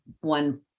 one